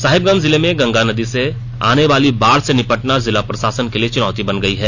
साहिबगंज जिले में गंगा नदी से आने वाली बाढ़ से निपटना जिला प्रशासन के लिए चुनौती बन गई है